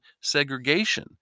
segregation